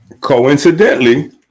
Coincidentally